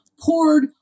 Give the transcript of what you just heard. poured